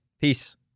Peace